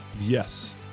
Yes